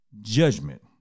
judgment